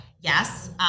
Yes